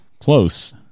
Close